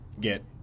get